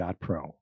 pro